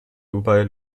dubai